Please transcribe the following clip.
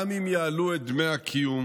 גם אם יעלו את דמי הקיום,